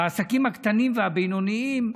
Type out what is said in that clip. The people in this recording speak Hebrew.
בעסקים הקטנים והבינוניים,